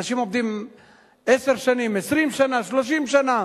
אנשים עובדים עשר שנים, 20 שנה, 30 שנה,